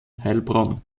heilbronn